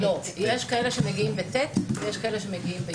לא, יש כאלה שמגיעים ב-ט' ויש כאלה שמגיעים ב-י'.